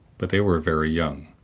but they were very young.